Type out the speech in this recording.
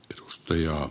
edustaja